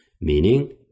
Meaning